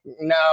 no